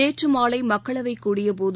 நேற்றுமாலைமக்களவை கூடிய போது